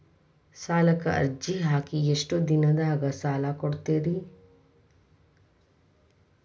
ಸಾಲಕ ಅರ್ಜಿ ಹಾಕಿ ಎಷ್ಟು ದಿನದಾಗ ಸಾಲ ಕೊಡ್ತೇರಿ?